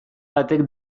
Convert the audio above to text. batek